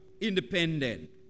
independent